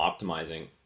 optimizing